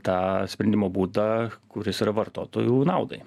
tą sprendimo būdą kuris yra vartotojų naudai